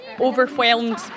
overwhelmed